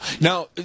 Now